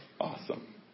Awesome